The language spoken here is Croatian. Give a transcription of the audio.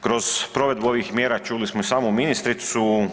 Kroz provedbu ovih mjera čuli smo samo ministricu.